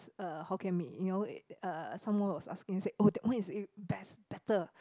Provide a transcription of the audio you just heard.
uh Hokkien Mee you know uh someone was asking said oh that one is best better